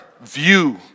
view